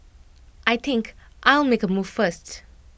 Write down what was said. I think I'll make move first